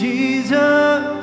Jesus